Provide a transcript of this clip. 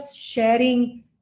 sharing